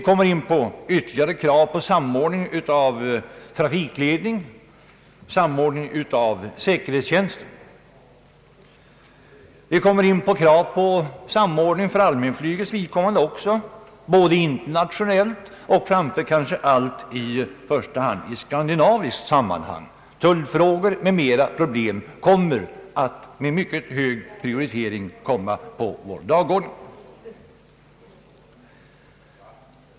Andra frågor som blir aktuella är samordning av trafikledning och av säkerhetstjänsten. För allmänflygets vidkommande kan samordningsfrågan också bli aktuell, internationellt sett men kanske i första hand i skandinaviskt sammanhang; tullfrågor och andra problem kommer därvidlag med hög prioritering på dagordningen.